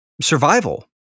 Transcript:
survival